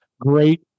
great